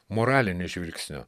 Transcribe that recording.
moraliniu žvilgsniu